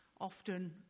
often